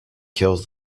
kills